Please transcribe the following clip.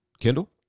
Kendall